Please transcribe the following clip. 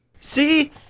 See